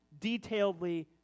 detailedly